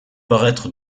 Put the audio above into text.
paraître